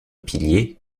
piliers